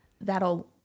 that'll